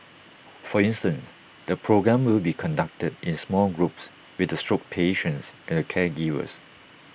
for instance the programme will be conducted in small groups with the stroke patients and their caregivers